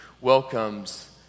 welcomes